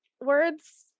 words